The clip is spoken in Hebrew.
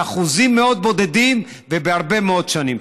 באחוזים מאוד בודדים ובהרבה מאוד שנים.